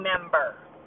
member